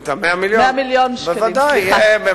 בוודאי.